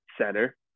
center